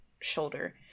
shoulder